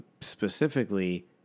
specifically